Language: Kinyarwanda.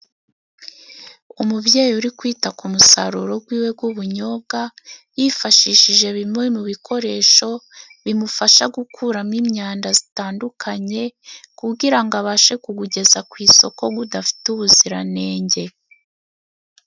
Umubyeyi uri kwita ku musaruro gw’iwe g'ubunyobwa， yifashishije bimwe mu bikoresho bimufasha gukuramo imyanda zitandukanye，kugira ngo abashe kugugeza ku isoko gudafite ubuziranenge.